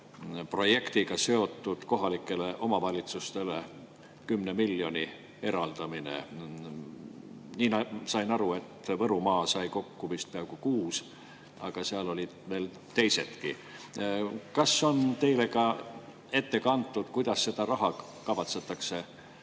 projektiga seotud kohalikele omavalitsustele 10 miljoni eraldamine. Mina sain aru, et Võrumaa sai kokku vist peaaegu kuus, aga seal olid veel teisedki. Kas teile on ka ette kantud, kuidas seda raha kavatsetakse